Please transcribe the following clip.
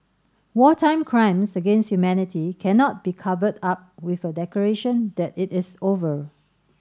wartime crimes against humanity cannot be covered up with a declaration that it is over